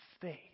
faith